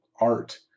art